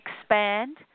expand